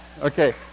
Okay